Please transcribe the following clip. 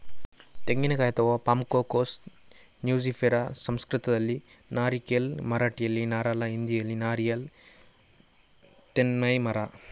ತೆಂಗಿನಕಾಯಿ ಅಥವಾ ಪಾಮ್ಕೋಕೋಸ್ ನ್ಯೂಸಿಫೆರಾ ಸಂಸ್ಕೃತದಲ್ಲಿ ನಾರಿಕೇಲ್, ಮರಾಠಿಯಲ್ಲಿ ನಾರಳ, ಹಿಂದಿಯಲ್ಲಿ ನಾರಿಯಲ್ ತೆನ್ನೈ ಮರ